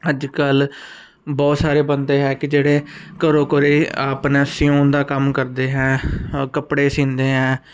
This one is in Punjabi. ਅੱਜ ਕੱਲ ਬਹੁਤ ਸਾਰੇ ਬੰਦੇ ਹੈ ਕਿ ਜਿਹੜੇ ਘਰੋ ਘਰੇ ਆਪਣਾ ਸਿਉਨ ਦਾ ਕੰਮ ਕਰਦੇ ਹੈ ਕੱਪੜੇ ਸੀਂਦੇ ਹੈ